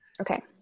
Okay